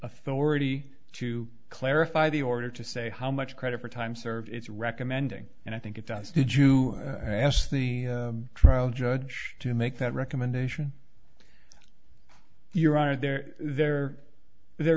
authority to clarify the order to say how much credit for time served its recommending and i think it does did you ask the trial judge to make that recommendation your honor they're there but there